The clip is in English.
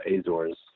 Azores